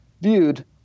viewed